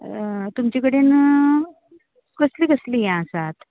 तुमचे कडेन कसलीं कसलीं हीं आसात